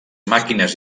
màquines